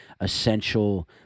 essential